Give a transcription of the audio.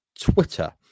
Twitter